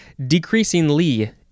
Decreasingly